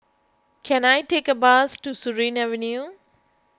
can I take a bus to Surin Avenue